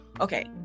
okay